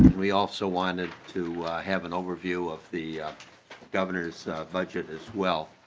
we also wanted to have an overview of the governor's budget as well.